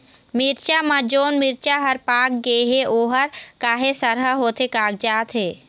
मिरचा म जोन मिरचा हर पाक गे हे ओहर काहे सरहा होथे कागजात हे?